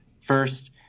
First